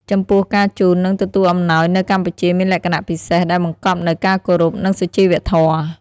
ចំពោះ ការជូន និងទទួលអំណោយនៅកម្ពុជាមានលក្ខណៈពិសេស ដែលបង្កប់នូវការគោរព និងសុជីវធម៌។